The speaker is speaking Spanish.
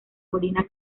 molina